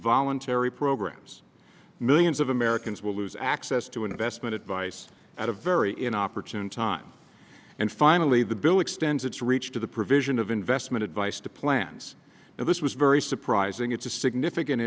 terry programs millions of americans will lose access to investment advice at a very inopportune time and finally the bill extends its reach to the provision of investment advice to plans and this was very surprising it's a significant